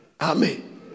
Amen